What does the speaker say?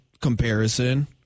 comparison